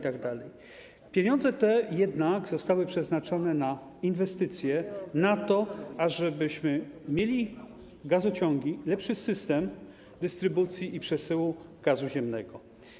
Te pieniądze zostały przeznaczone na inwestycje, na to, żebyśmy mieli gazociągi, lepszy system dystrybucji i przesyłu gazu ziemnego.